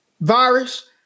virus